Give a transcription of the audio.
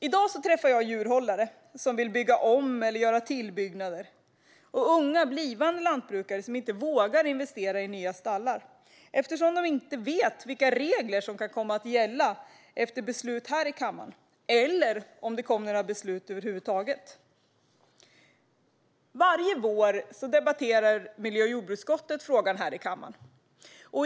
I dag träffar jag djurhållare som vill bygga om eller göra tillbyggnader och unga blivande lantbrukare som inte vågar investera i nya stallar eftersom ingen vet vilka regler som kan komma att gälla efter beslut här i kammaren, eller om det kommer något beslut över huvud taget. Varje vår debatterar miljö och jordbruksutskottet frågan här i kammaren.